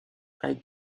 avec